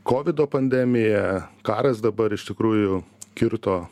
kovido pandemija karas dabar iš tikrųjų kirto